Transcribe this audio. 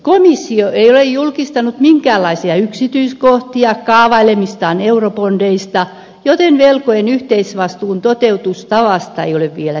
komissio ei ole julkistanut minkäänlaisia yksityiskohtia kaavailemistaan eurobondeista joten velkojen yhteisvastuun toteutustavasta ei ole vielä tietoa